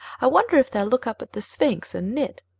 i wonder if they'll look up at the sphinx and knit,